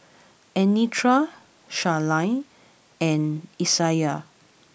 Anitra Charline and Isaiah